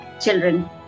children